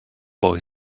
boy